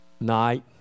night